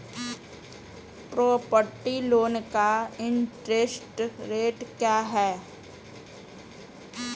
Property loan का interest rate क्या है?